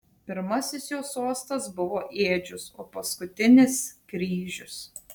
pirmasis jo sostas buvo ėdžios o paskutinis kryžius